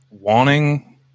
wanting